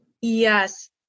Yes